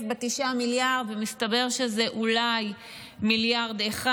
ב-9 מיליארד ומסתבר שזה אולי מיליארד אחד,